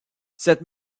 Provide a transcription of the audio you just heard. cette